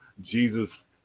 Jesus